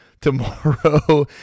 tomorrow